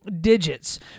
digits